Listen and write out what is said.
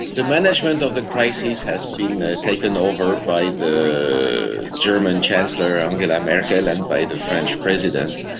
the management of the crisis has been taken over by the german chancellor, angela merkel, and by the french president,